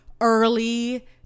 early